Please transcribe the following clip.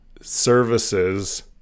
services